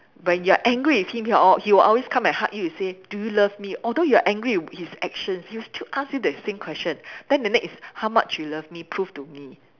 when you're angry with him he'll al~ he will always come and hug you to say do you love me although you are angry with his actions he'll still ask you the same question then the next how much you love me prove to me